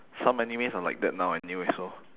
some animes are like that now anyway so